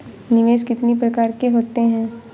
निवेश कितनी प्रकार के होते हैं?